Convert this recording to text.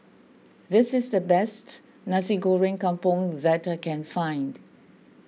this is the best Nasi Goreng Kampung that I can find